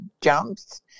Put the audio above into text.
jumps